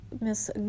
Miss